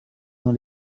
dans